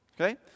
Okay